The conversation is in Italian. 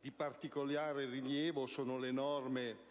Di particolare rilievo sono le norme